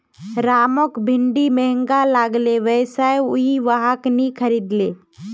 रामक भिंडी महंगा लागले वै स उइ वहाक नी खरीदले